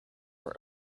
were